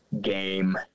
game